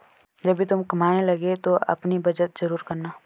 जब भी तुम कमाने लगो तो अपनी बचत जरूर करना